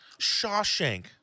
Shawshank